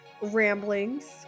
ramblings